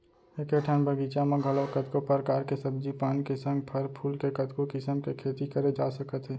एके ठन बगीचा म घलौ कतको परकार के सब्जी पान के संग फर फूल के कतको किसम के खेती करे जा सकत हे